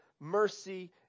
Mercy